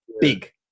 big